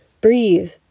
Breathe